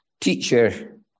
teacher